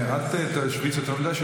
אל תשוויץ יותר מדי,